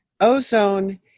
Ozone